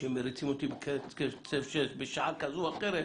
כשמריצים אותי בקצב 6 בשעה כזו או אחרת,